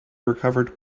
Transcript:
recovered